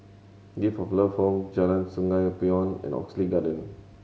Gift of Love Home Jalan Sungei Poyan and Oxley Garden